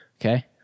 Okay